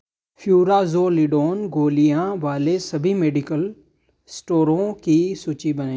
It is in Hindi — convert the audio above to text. फ़्युराज़ोलिडोन गोलियाँ वाले सभी मेडिकल स्टोरों की सूची बनाएँ